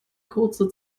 kurze